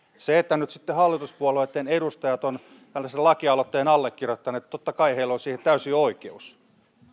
siihen että nyt sitten hallituspuolueitten edustajat ovat tällaisen lakialoitteen allekirjoittaneet totta kai heillä on täysi oikeus